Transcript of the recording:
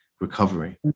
recovery